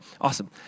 awesome